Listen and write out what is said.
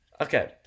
Okay